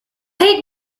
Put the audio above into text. hate